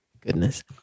Goodness